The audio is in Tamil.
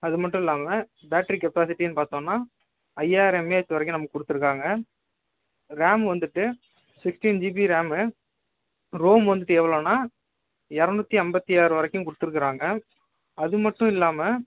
அதுமட்டும் இல்லாமல் பேட்ரி கெப்பாசிட்டின்னு பார்த்தோன்னா ஐயாயிரம் எம்ஏஹச் வரைக்கும் நமக்கு கொடுத்துருக்காங்க ரேம் வந்துட்டு சிக்ஸ்ட்டீன் ஜிபி ரேமு ரோம் வந்துட்டு எவ்ளோனா இரநூத்தி ஐம்பத்தி ஆறு வரைக்கும் கொடுத்துருக்குறாங்க அதுமட்டும் இல்லாமல்